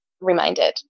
reminded